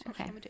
okay